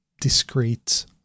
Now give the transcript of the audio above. discrete